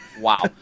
Wow